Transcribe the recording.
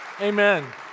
Amen